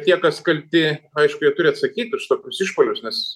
tie kas kalti aišku jie turi atsakyt už tokius išpuolius nes